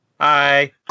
Hi